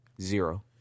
Zero